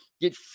Get